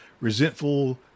resentful